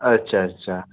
अच्छा अच्छा